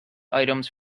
items